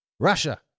Russia